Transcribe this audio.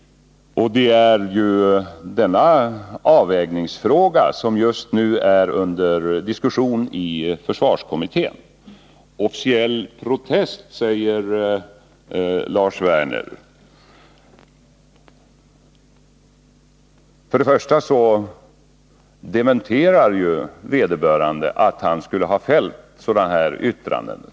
Det är ju denna avvägningsfråga som just nu är under diskussion i försvarskommittén. Lars Werner efterlyser en officiell protest. För det första har ju vederbörande dementerat att han skulle ha fällt de ifrågavarande yttrandena.